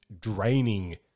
draining